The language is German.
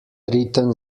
ritten